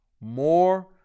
more